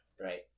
right